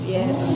yes